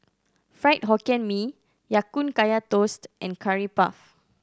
Fried Hokkien Mee Ya Kun Kaya Toast and Curry Puff